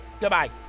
Goodbye